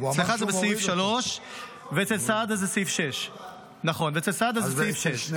אצלך זה בסעיף 3 ואצל סעדה זה סעיף 6. הוא אמר שהוא מוריד אותו.